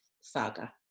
saga